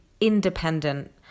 independent